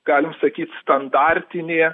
galim sakyt standartinė